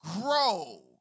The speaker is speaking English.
grow